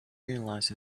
realize